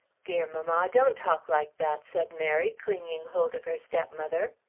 dear mamma, don't talk like that, said mary, clinging hold of her stepmother.